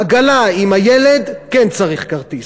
עגלה עם הילד, כן צריך כרטיס.